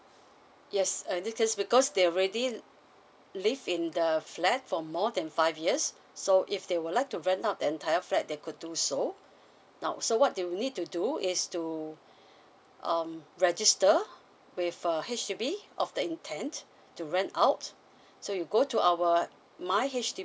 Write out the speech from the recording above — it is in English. yes just because they already live in the flat for more than five years so if they would like to rent out the entire flat they could do so now so what they need to do is to um register with H_D_B of the intent to rent out so you go to our my H_D_B